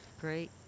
Great